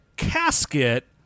casket